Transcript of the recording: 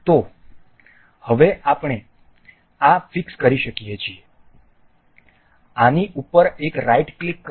તો હવે આપણે આ ફિક્સ કરી શકીએ છીએ આની ઉપર એક રાઇટ ક્લિક કરો